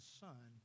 son